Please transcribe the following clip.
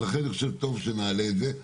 ולכן אני חושב שטוב שנעלה את זה.